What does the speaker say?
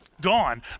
gone